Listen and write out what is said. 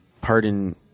Pardon